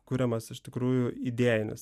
kuriamas iš tikrųjų idėjinis